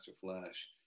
Flash